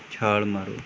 ਛਾਲ਼ ਮਾਰੋ